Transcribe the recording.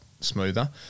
Smoother